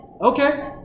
Okay